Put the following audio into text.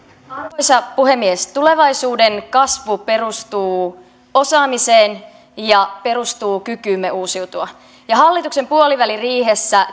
arvoisa puhemies tulevaisuuden kasvu perustuu osaamiseen ja kykyymme uusiutua hallituksen puoliväliriihessä